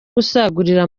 gusagurira